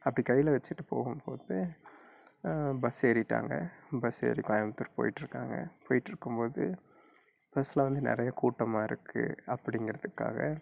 அப்படி கையில் வச்சுட்டு போகும்போது பஸ் ஏறிவிட்டாங்க பஸ் ஏறி கோயம்புத்தூர் போய்ட்ருக்காங்க போய்ட்ருக்கும்போது பஸ்ஸில் வந்து நிறைய கூட்டமாயிருக்கு அப்டிங்கிறதுக்காக